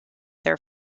their